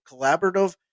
collaborative